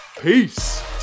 peace